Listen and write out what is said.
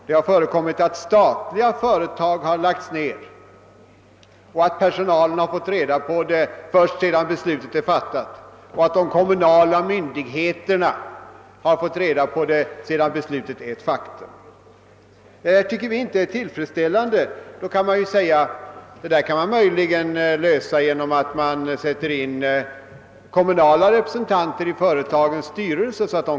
Det har förekommit att statliga företag lagts ned och att både personalen och de kommunala myndigheterna fått reda på nedläggningen först sedan beslutet varit ett faktum. Det tycker vi inte är tillfredsställande. En lösning kan möjligen vara att sätta in kommunala representanter i företagens styrelser.